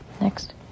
Next